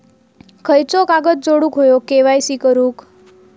खयचो कागद जोडुक होयो के.वाय.सी करूक?